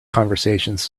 conversations